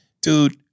dude